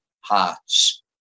hearts